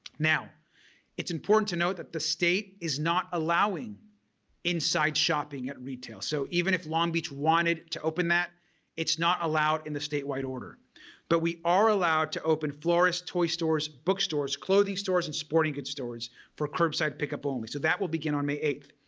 now it's important to note that the state is not allowing inside shopping at retail so even if long beach wanted to open that it's not allowed in the statewide order but we are allowed to open florists, toy stores, book stores, clothing stores, and sporting goods stores for curbside pickup only so that will begin on may eighth.